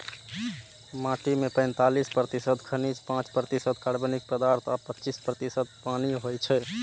माटि मे पैंतालीस प्रतिशत खनिज, पांच प्रतिशत कार्बनिक पदार्थ आ पच्चीस प्रतिशत पानि होइ छै